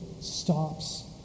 stops